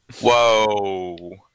Whoa